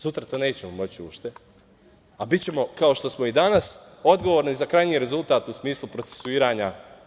Sutra to nećemo moći uopšte, a bićemo, kao što smo i danas, odgovorni za krajnji rezultat u smislu procesuiranja.